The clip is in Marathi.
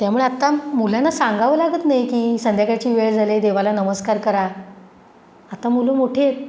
त्यामुळे आत्ता मुलांना सांगावं लागत नाही की संध्याकाळची वेळ झाली आहे देवाला नमस्कार करा आता मुलं मोठी आहेत